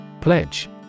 Pledge